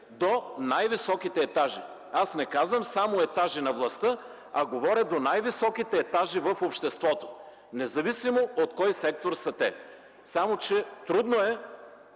до най-високите етажи. Аз не казвам само етажи на властта, а говоря до най-високите етажи в обществото, независимо от кой сектор са те. Само че трудно е